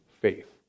faith